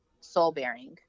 soul-bearing